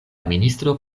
ministro